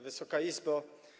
Wysoka Izbo!